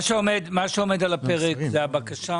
מה שעומד על הפרק זה הבקשה